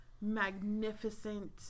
magnificent